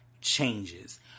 changes